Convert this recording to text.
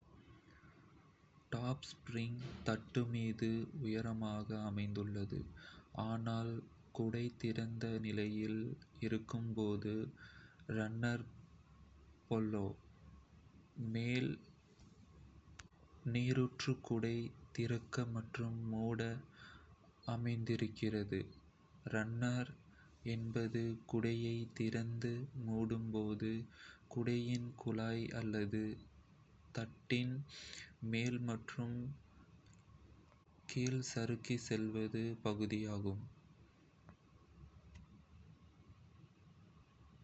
Top spring top spring தண்டு மீது உயரமாக அமைந்துள்ளது, ஆனால் குடை திறந்த நிலையில் இருக்கும் போது ரன்னர் பெல்லோ. மேல் நீரூற்று குடை திறக்க மற்றும் மூட அனுமதிக்கிறது. ரன்னர் ரன்னர் என்பது குடையைத் திறந்து மூடும் போது குடையின் குழாய் அல்லது தண்டின் மேல் மற்றும் கீழ் சறுக்கிச் செல்லும் பகுதியாகும்.